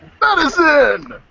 Medicine